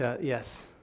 Yes